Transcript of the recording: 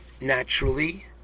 naturally